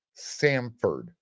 Samford